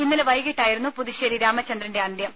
ഇന്നലെ വൈകീട്ടായിരുന്നു പുതുശ്ശേരി രാമചന്ദ്രന്റെ അന്ത്യം